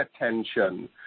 attention